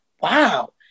wow